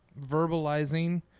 verbalizing